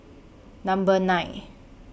Number nine